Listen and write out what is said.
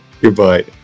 Goodbye